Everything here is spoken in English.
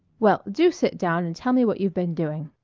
well, do sit down and tell me what you've been doing.